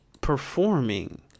performing